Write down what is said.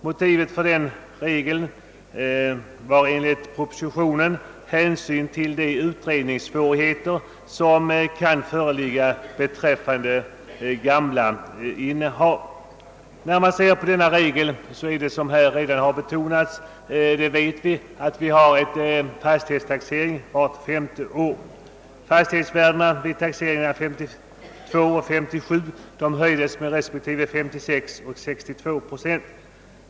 Motivet för den regeln var enligt propositionen hänsyn till de utredningssvårigheter som kunde föreligga beträffande gamla innehav. Som bekant brukar vi ha fastighetstaxering vart femte år. Vid taxeringarna 1952 och 1957 höjdes fastighetsvärde na med 56 respektive 62 procent.